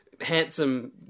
handsome